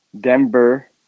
Denver